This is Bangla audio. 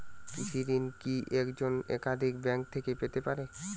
কৃষিঋণ কি একজন একাধিক ব্যাঙ্ক থেকে পেতে পারে?